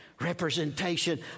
representation